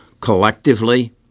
collectively